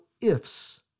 ifs